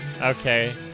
Okay